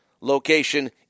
location